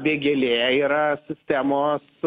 vėgėlė yra sistemos